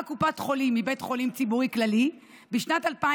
קופת חולים בבית חולים ציבורי כללי בשנת 2018"